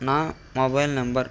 నా mobile number